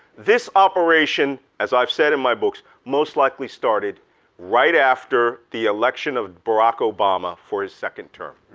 this operation, as i've said in my books, most likely started right after the election of barack obama for his second term.